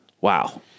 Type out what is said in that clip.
wow